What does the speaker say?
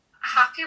happy